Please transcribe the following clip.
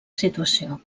situació